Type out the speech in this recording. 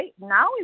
Now